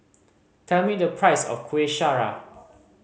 tell me the price of Kueh Syara